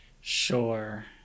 sure